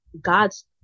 God's